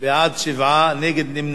מתנגדים, אין נמנעים.